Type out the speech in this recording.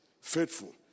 faithful